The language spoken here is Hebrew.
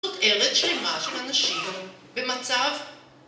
זאת ארץ שלמה של אנשים, במצב...